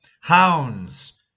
hounds